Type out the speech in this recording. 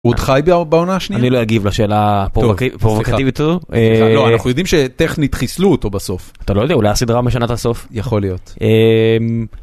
הוא עוד חי בעונה השנייה? אני לא אגיב לשאלה הפרובוקטיבית הזו. אנחנו יודעים שטכנית חיסלו אותו בסוף. אתה לא יודע אולי הסדרה משנה את הסוף יכול להיות.